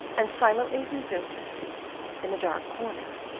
and silently resumed his seat in the dark corner,